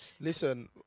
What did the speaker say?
Listen